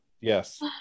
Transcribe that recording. yes